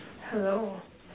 hello